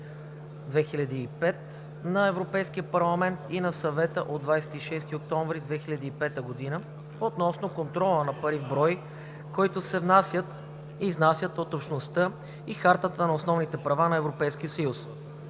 на Европейския парламент и на Съвета от 26 октомври 2005 г. относно контрола на пари в брой, които се внасят и изнасят от Общността и Хартата на основните права на Европейския съюз.